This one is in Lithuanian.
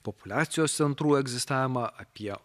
populiacijos centrų egzistavimą apie